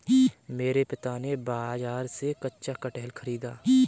मेरे पिता ने बाजार से कच्चा कटहल खरीदा